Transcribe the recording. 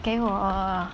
给我